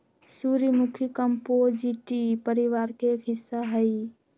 सूर्यमुखी कंपोजीटी परिवार के एक हिस्सा हई